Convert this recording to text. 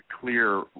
clear